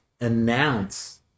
announce